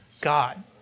God